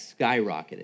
skyrocketed